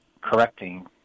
correcting